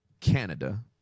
Canada